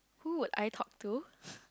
who would I talk to